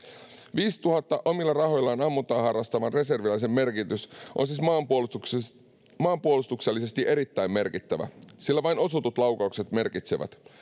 viidentuhannen omilla rahoillaan ammuntaa harrastavan reserviläisen merkitys on siis maanpuolustuksellisesti maanpuolustuksellisesti erittäin merkittävä sillä vain osutut laukaukset merkitsevät